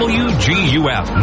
wguf